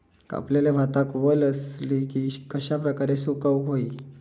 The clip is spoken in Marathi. कापलेल्या भातात वल आसली तर ती कश्या प्रकारे सुकौक होई?